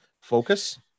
focus